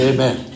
Amen